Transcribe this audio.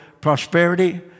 prosperity